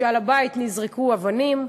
על הבית נזרקו אבנים,